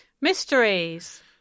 Mysteries